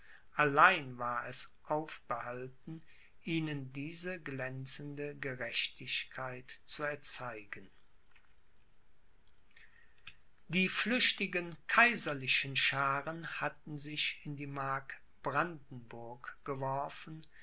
allein war es aufbehalten ihnen diese glänzende gerechtigkeit zu erzeigen die flüchtigen kaiserlichen schaaren hatten sich in die mark brandenburg geworfen